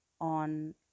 on